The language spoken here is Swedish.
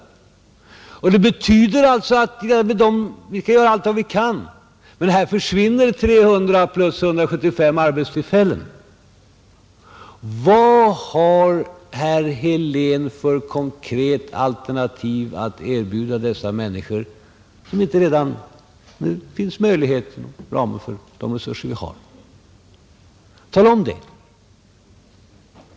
Vi skall göra allt vad vi kan, men här försvinner 300 plus 175 arbetstillfällen. Och min fråga till herr Helén är: Vad har herr Helén för konkret alternativ att erbjuda dessa människor som det inte redan finns möjlighet till och planer för med de resurser vi har? Tala om det!